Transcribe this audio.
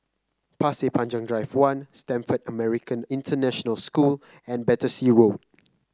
Pasir Panjang Drive One Stamford American International School and Battersea Road